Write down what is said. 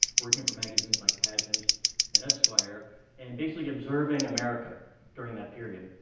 working for magazines like pageant and esquire and basically observing america during that period.